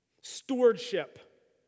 Stewardship